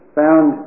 found